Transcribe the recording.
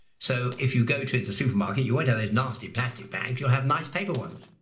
so if you go to the supermarket you won't have those nasty plastic bags. you'll have nice paper ones.